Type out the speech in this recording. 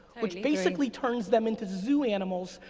which basically turns them into zoo animals,